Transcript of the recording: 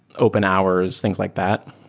open hours, things like that.